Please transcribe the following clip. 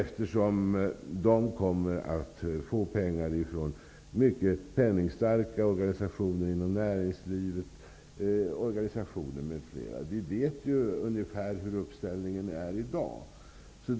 Ja-sidan kommer ju att få pengar från mycket penningstarka organisationer inom näringslivet och andra organisationer. Vi vet ju på ett ungefär hur uppställningen ser ut i dag.